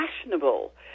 fashionable